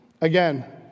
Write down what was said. again